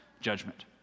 judgment